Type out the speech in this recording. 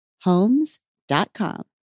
Homes.com